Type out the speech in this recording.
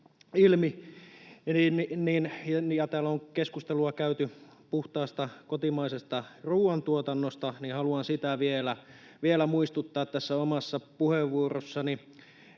täällä on keskustelua käyty puhtaasta kotimaisesta ruoantuotannosta, ja haluan siitä vielä muistuttaa tässä omassa puheenvuorossani.